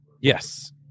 Yes